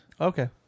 Okay